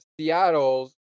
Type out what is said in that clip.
Seattle's